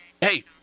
hey